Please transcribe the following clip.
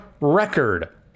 record